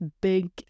big